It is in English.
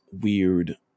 weird